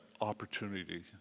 opportunity